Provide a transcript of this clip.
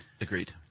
Agreed